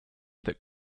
that